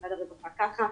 משרד הרווחה ככה,